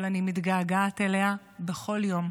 אבל אני מתגעגעת אליה בכל יום.